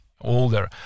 older